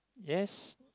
yes